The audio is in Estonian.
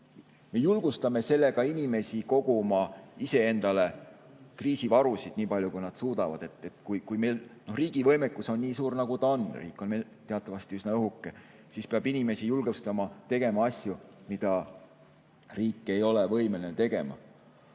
Me julgustame sellega inimesi koguma ise endale kriisivarusid nii palju, kui nad suudavad. Kui meil riigi võimekus on nii suur, nagu ta on – riik on teatavasti üsna õhuke –, siis peab inimesi julgustama tegema asju, mida riik ei ole võimeline tegema. Aga